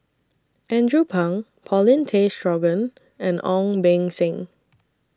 Andrew Phang Paulin Tay Straughan and Ong Beng Seng